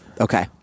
Okay